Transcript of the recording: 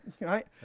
right